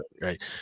right